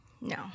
No